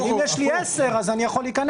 אבל אם יש לי 10 אז אני יכול להיכנס